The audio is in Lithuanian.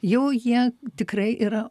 jau jie tikrai yra